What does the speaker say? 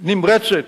נמרצת.